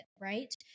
right